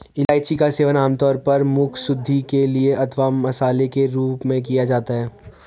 इलायची का सेवन आमतौर पर मुखशुद्धि के लिए अथवा मसाले के रूप में किया जाता है